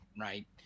right